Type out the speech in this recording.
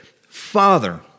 Father